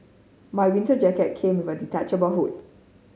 my winter jacket came with a detachable hood